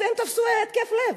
הם תפסו התקף לב,